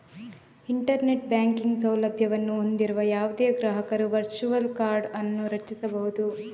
internet banking ಸೌಲಭ್ಯವನ್ನು ಹೊಂದಿರುವ ಯಾವುದೇ ಗ್ರಾಹಕರು ವರ್ಚುವಲ್ ಕಾರ್ಡ್ ಅನ್ನು ರಚಿಸಬಹುದು